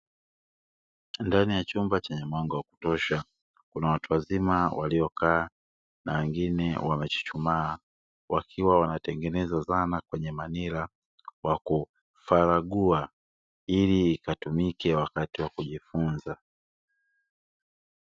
Ndani ya chumba chenye mwanga wa kutosha, kuna watu wazima waliokaa na wengine wamechuchumaa, wakiwa wanatengeneza zana kwenye manila, kwa kufaragua ili ikatumike wakati wa kujifunza.